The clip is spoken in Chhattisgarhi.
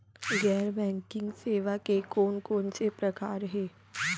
गैर बैंकिंग सेवा के कोन कोन से प्रकार हे?